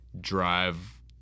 drive